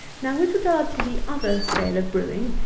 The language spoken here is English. now with regard to the other scale of brewing,